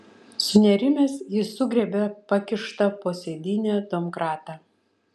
sunerimęs jis sugriebė pakištą po sėdyne domkratą